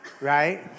right